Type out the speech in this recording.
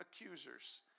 accusers